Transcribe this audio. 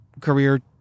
career